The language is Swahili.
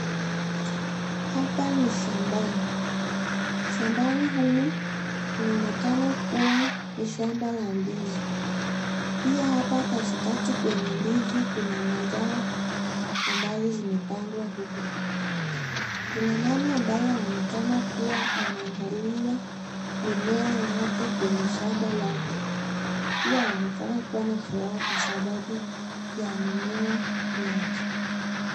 Hapa ni shambani, shamba humu inaonekana kuwa ni shamba la ndizi pia hapa katika kwenye ndizi kuna mazao ambazo simepangwa huku, Kuna mama ambaye anonekana anaangalia mimea yake kwenye shamba lake pia anaonekana kuwa na furaha Kwa sababu ya mimea yake.